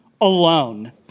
alone